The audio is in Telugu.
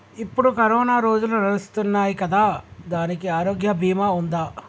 ఇప్పుడు కరోనా రోజులు నడుస్తున్నాయి కదా, దానికి ఆరోగ్య బీమా ఉందా?